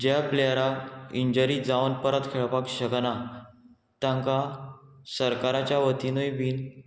ज्या प्लेयराक इंजरी जावन परत खेळपाक शकना तांकां सरकाराच्या वतिनूय बीन